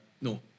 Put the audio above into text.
No